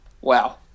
wow